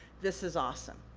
this is awesome.